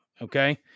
Okay